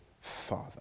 father